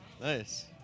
nice